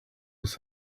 his